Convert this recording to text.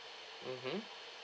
mmhmm